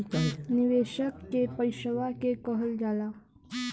निवेशक के पइसवा के कहल जाला